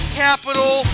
capital